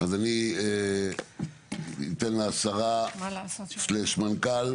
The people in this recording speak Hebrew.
אז אני אתן לשרה/מנכ"ל.